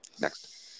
Next